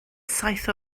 saith